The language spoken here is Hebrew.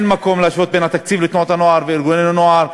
אין מקום להשוות בין התקציב של תנועות הנוער וארגוני הנוער,